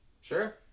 Sure